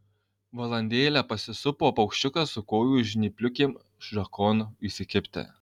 valandėlę pasisupo paukščiukas su kojų žnypliukėm šakon įsikibti